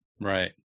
Right